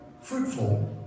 fruitful